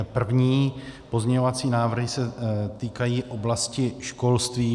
První pozměňovací návrhy se týkají oblasti školství.